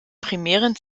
primären